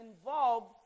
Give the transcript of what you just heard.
involved